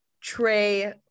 Trey